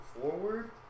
forward